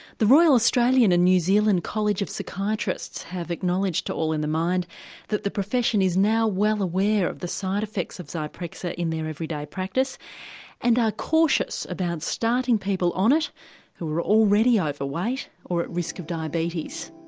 the royal australian and new zealand college of psychiatrists have acknowledged to all in the mind that the profession is now well aware of the side effects of zyprexa in their everyday practice and are cautious about starting people on it who are already ah overweight or at risk of diabetes.